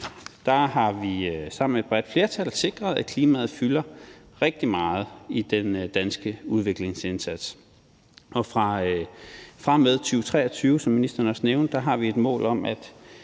har vi sammen med et bredt flertal sikret, at klimaet fylder rigtig meget i den danske udviklingsindsats, og fra og med 2023, som ministeren også nævnte, har vi et mål om, at